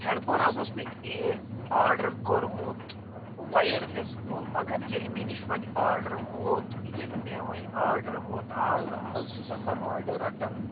head phone حظ اوس مےٚ یہِ آرڈَر کوٚرمُت وایر لٮ۪س وول مگر ییٚلہِ مےٚ نِش ونۍ آرڈَر ووت ییٚلہِ مےٚ ونۍ آرڈَر ووت آز آز چھُس بہٕ آرڈَر رَٹَان